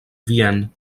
vienne